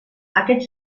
aquest